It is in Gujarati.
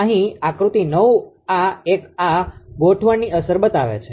આહ આકૃતિ 9 આ એક આ ગોઠવણની અસર બતાવે છે